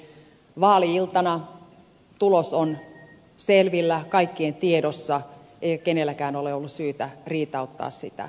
vaali iltana tulos on selvillä kaikkien tiedossa eikä kenelläkään ole ollut syytä riitauttaa sitä